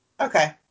Okay